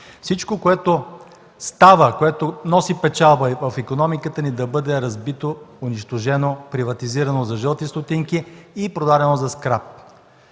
Всичко, което става, което носи печалба в икономиката ни да бъде разбито, унищожено, приватизирано за жълти стотинки и продадено за скрап.